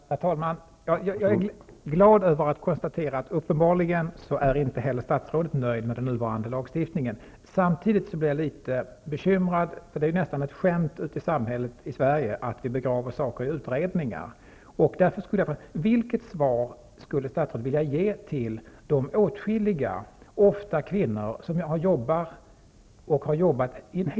Herr talman! Jag är glad över att kunna konstatera att uppenbarligen inte heller statsrådet är nöjd med den nuvarande lagstiftningen. Samtidigt blir jag litet bekymrad -- det är nästan ett skämt att vi i Sverige begraver frågor i utredningar. Jag vill därför fråga: Vilket besked skulle statsrådet vilja ge till de många mnniskor, ofta kvinnor, som arbetat inom två helt skilda verksamheter?